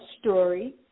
story